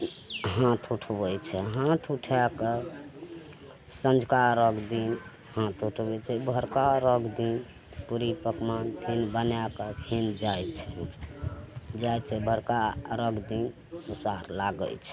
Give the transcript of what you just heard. हाथ उठबय छै हाथ उठा कऽ सँझुका अर्घ दिन हाथ उठबय छै भोरका अर्घ दिन पूड़ी पकवान फेन बना कऽ फेन जाइ छै जाइ छै बड़का अर्घ दिन जे पार लागय छै